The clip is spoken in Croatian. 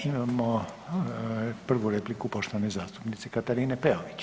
Imamo prvu repliku poštovane zastupnice Katarine Peović.